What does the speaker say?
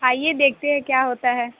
آئیے دیکھتے ہیں کیا ہوتا ہے